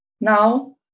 Now